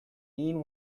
mean